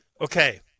Okay